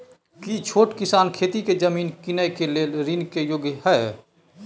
की छोट किसान खेती के जमीन कीनय के लेल ऋण के योग्य हय?